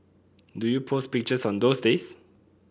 do you post pictures on those days